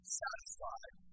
satisfied